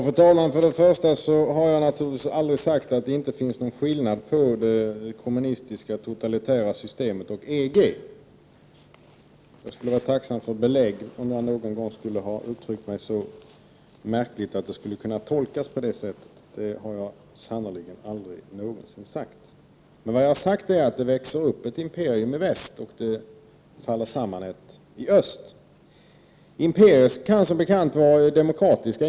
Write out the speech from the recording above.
Fru talman! För det första har jag naturligtvis aldrig sagt att det inte finns någon skillnad mellan det kommunistiska totalitära systemet och EG. Jag vore tacksam för belägg om jag någon gång skulle ha uttryckt mig så märkligt att det skulle kunna tolkas på detta sätt. Jag har aldrig någonsin gjort ett sådant påstående. Vad jag har sagt är att det växer upp ett imperium i väst och att det faller samman ett i öst. Imperier kan som bekant vara internt demokratiska.